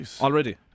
Already